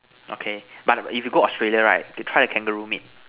okay but if you go Australia right you try the kangaroo meat